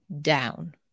down